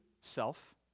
self